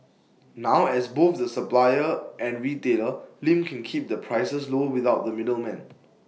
now as both the supplier and retailer Lim can keep the prices low without the middleman